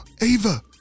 Ava